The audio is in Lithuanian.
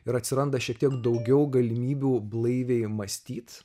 ir atsiranda šiek tiek daugiau galimybių blaiviai mąstyti